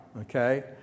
okay